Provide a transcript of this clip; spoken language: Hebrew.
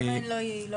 למה הן לא יעילות?